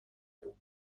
بود